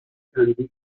تندیس